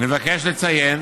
אני מבקש לציין